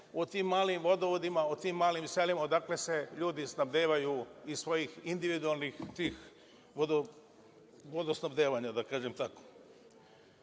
o tim malim vodovodima, o tim malim selima, odakle se ljudi snabdevaju, iz svojih individualnih tih vodosnabdevanja, da kažem tako. Na